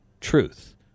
truth